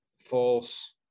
false